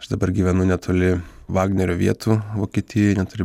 aš dabar gyvenu netoli vagnerio vietų vokietijoj netoli